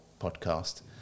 podcast